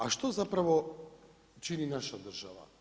A što zapravo čini naša država?